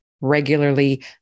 regularly